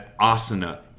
asana